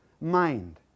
mind